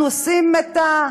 אנחנו עושים את,